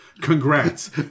Congrats